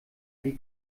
die